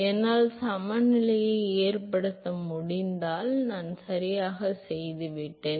என்னால் சமநிலையை ஏற்படுத்த முடிந்தால் நான் சரியாக செய்துவிட்டேன்